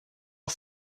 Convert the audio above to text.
are